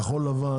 כחול לבן,